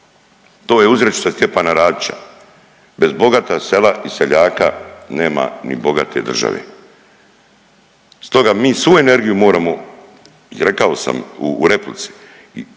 to je uzrečica Stjepana Radića, bez bogata sela i seljaka nema ni bogate države. Stoga mi svu energiju moramo i rekao sam u replici,